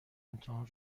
امتحان